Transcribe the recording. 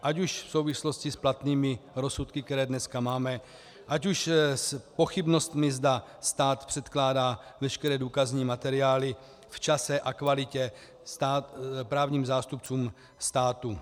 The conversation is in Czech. Ať už v souvislosti s platnými rozsudky, které dneska máme, ať už s pochybnostmi, že stát předkládá veškeré důkazní materiály v čase a kvalitě právním zástupcům státu.